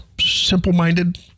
simple-minded